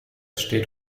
steht